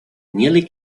nearly